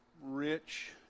rich